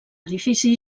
edifici